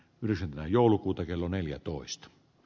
nykyisin joulukuuta kello neljätoista b